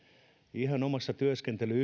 ihan omassa työskentely